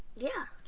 yeah.